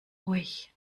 euch